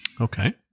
Okay